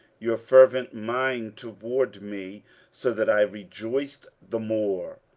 your fervent mind toward me so that i rejoiced the more.